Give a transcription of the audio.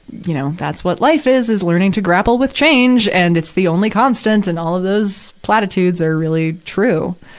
you know, that's what life is, is learning to grapple with change. and it's the only constant and all of those platitudes are really true.